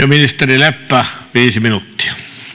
ministeri leppä viisi minuuttia